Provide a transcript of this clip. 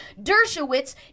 Dershowitz